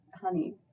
honey